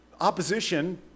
opposition